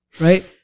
right